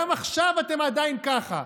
גם עכשיו אתם עדיין ככה.